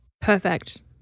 Perfect